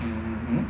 mmhmm